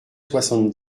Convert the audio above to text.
soixante